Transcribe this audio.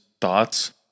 thoughts